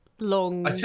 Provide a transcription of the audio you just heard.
long